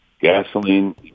gasoline